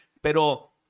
Pero